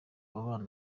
babana